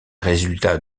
résultats